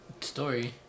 Story